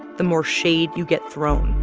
the more shade you get thrown